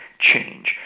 change